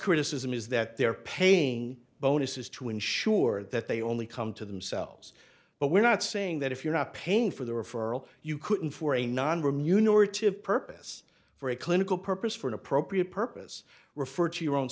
criticism is that they're paying bonuses to ensure that they only come to themselves but we're not saying that if you're not paying for the referral you couldn't for a non remunerative purpose for a clinical purpose for an appropriate purpose refer to your own